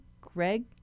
Greg